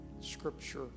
scripture